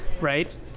Right